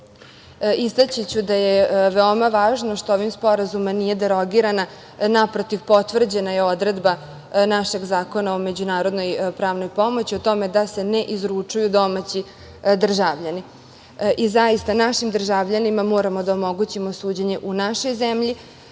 istaći ću da je veoma važno što ovim sporazumima nije derogirana, naprotiv potvrđena je odredba našeg Zakona o međunarodnoj pravnoj pomoći, o tome da se ne izručuju domaći državljani. Zaista, našim državljanima moramo da omogućimo suđenje u našoj zemlji,